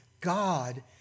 God